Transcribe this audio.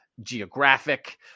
geographic